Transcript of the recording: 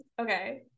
okay